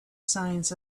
signs